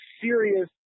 serious